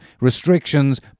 restrictions